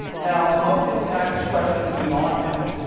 now, most wouldn't ask questions beyond this.